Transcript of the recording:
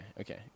Okay